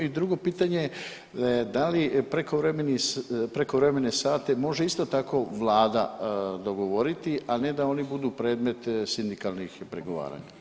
I drugo pitanje, da li prekovremene sate može isto tako, Vlada dogovoriti, a ne da oni budu predmet sindikalnih pregovaranja?